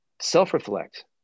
self-reflect